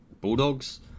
Bulldogs